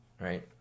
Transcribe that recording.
right